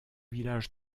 village